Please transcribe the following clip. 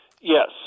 Yes